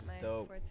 dope